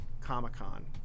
comic-con